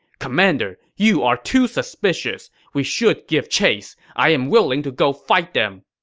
commander, you are too suspicious. we should give chase. i am willing to go fight them!